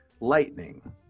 lightning